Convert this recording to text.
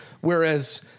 Whereas